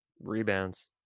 Rebounds